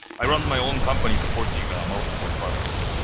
i run my own company supporting multiple startups.